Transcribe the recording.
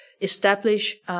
establish